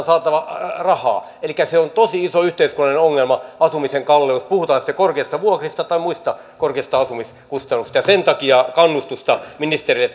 saatava rahaa elikkä asumisen kalleus on tosi iso yhteiskunnallinen ongelma puhutaan sitten korkeista vuokrista tai muista korkeista asumiskustannuksista ja sen takia kannustusta ministerille